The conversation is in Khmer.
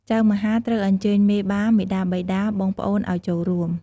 ចៅមហាត្រូវអញ្ជើញមេបា មាតាបិតា បងប្អូនអោយចូលរួម។